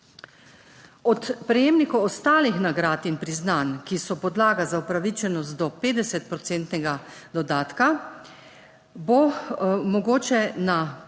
Od prejemnikov ostalih nagrad in priznanj, ki so podlaga za upravičenost do 50 procentnega dodatka, bo mogoče na prste